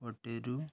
ଅଟେରୁ